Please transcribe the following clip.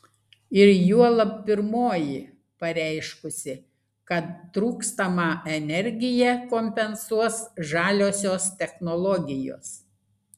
ir juolab pirmoji pareiškusi kad trūkstamą energiją kompensuos žaliosios technologijos